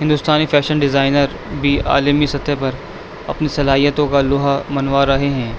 ہندوستانی fashion designer بھی عالمی سطح پر اپنی صلاحیتوں کا لوہا منوا رہے ہیں